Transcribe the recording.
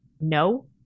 No